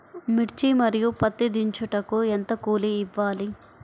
మిర్చి మరియు పత్తి దించుటకు ఎంత కూలి ఇవ్వాలి?